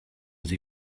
sie